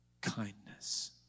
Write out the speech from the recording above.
Kindness